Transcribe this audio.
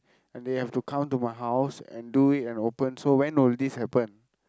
and they have to come to my house and do it and open so when will this happen